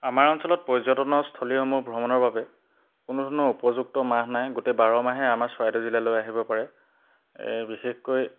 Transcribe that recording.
আমাৰ অঞ্চলত পৰ্যটনৰ স্থলীসমূহ ভ্ৰমণৰ বাবে কোনো ধৰণৰ উপযুক্ত মাহ নাই গোটেই বাৰমাহে আমাৰ চৰাইদেউ জিলালৈ আহিব পাৰে বিশেষকৈ